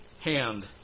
hand